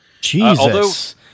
Jesus